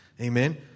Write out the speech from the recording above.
Amen